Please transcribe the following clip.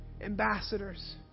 ambassadors